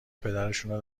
پدرشونو